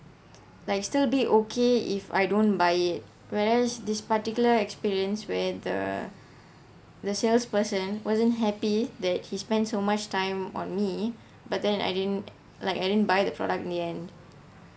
like still be okay if I don't buy it whereas this particular experience where the the salesperson wasn't happy that he spent so much time on me but then I didn't like I didn't buy the product in the end